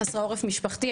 חסרי עורף משפחתי,